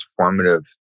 transformative